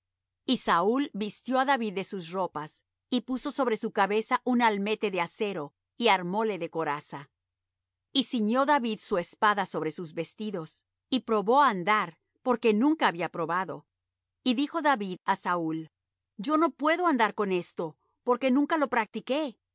y saúl vistió á david de sus ropas y puso sobre su cabeza un almete de acero y armóle de coraza y ciñó david su espada sobre sus vestidos y probó á andar porque nunca había probado y dijo david á saúl yo no puedo andar con esto porque nunca lo practiqué